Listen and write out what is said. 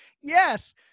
Yes